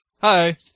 Hi